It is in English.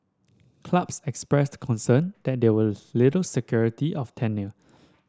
clubs expressed concern that there was little security of tenure